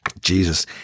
Jesus